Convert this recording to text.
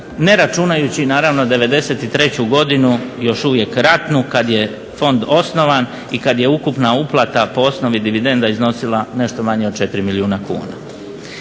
ne računajući naravno '93. godinu, još uvijek ratnu kad je fond osnovan i kad je ukupna uplata po osnovi dividenda iznosila nešto manje od 4 milijuna kuna.